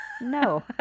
No